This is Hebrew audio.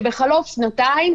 שבחלוף שנתיים,